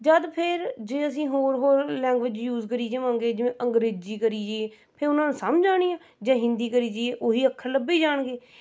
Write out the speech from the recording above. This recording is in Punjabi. ਜਦ ਫਿਰ ਜੇ ਅਸੀਂ ਹੋਰ ਹੋਰ ਲੈਂਗੂਏਜ ਯੂਜ਼ ਕਰੀ ਜਾਵਾਂਗੇ ਜਿਵੇਂ ਅੰਗਰੇਜ਼ੀ ਕਰੀਏ ਫਿਰ ਉਹਨਾਂ ਨੂੰ ਸਮਝ ਆਉਣੀ ਆ ਜਾਂ ਹਿੰਦੀ ਕਰੀ ਜਾਈਏ ਓਹੀ ਅੱਖਰ ਲੱਭੀ ਜਾਣਗੇ